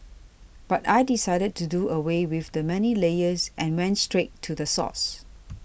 but I decided to do away with the many layers and went straight to the source